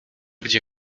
gdzie